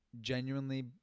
genuinely